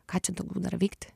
ką čia daugiau dar veikt